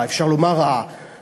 אפילו אפשר לומר התקיפה,